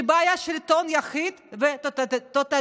שבה היה שלטון יחיד וטוטליטרי.